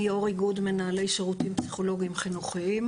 אני יו"ר איגוד מנהלי שירותים פסיכולוגיים חינוכיים,